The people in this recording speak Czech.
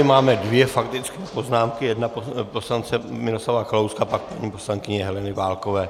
Máme dvě faktické poznámky, jedna poslance Miroslava Kalouska, pak paní poslankyně Heleny Válkové.